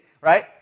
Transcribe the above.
right